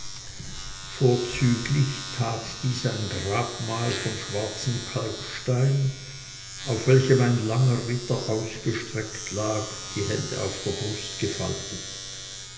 vorzüglich tat dies ein grabmal von schwarzem kalkstein auf welchem ein langer ritter ausgestreckt lag die hände auf der brust gefaltet